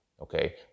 okay